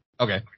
Okay